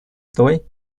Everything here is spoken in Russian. той